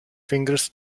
fingers